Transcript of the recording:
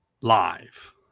live